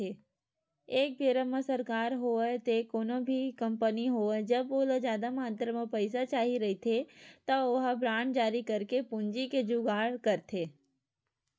एक बेरा म सरकार होवय ते कोनो भी कंपनी होवय जब ओला जादा मातरा म पइसा चाही रहिथे त ओहा बांड जारी करके पूंजी के जुगाड़ करथे